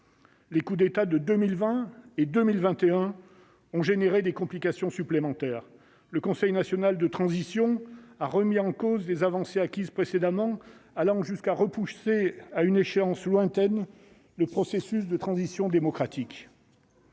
Les coups d'État de 2020 et 2021 ont généré des complications supplémentaires, le Conseil national de transition a remis en cause les avancées acquises précédemment allant jusqu'à repousser à une échéance lointaine, le processus de transition démocratique.